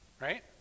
right